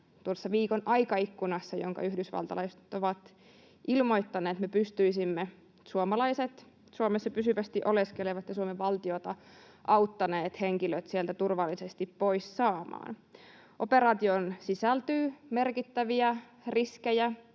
tuossa viikon aikaikkunassa, jonka yhdysvaltalaiset ovat ilmoittaneet, me pystyisimme suomalaiset, Suomessa pysyvästi oleskelevat ja Suomen valtiota auttaneet henkilöt sieltä turvallisesti pois saamaan. Operaatioon sisältyy merkittäviä riskejä.